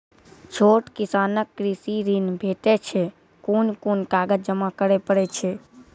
छोट किसानक कृषि ॠण भेटै छै? कून कून कागज जमा करे पड़े छै?